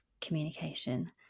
communication